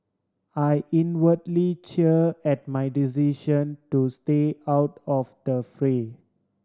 I inwardly cheer at my decision to stay out of the fray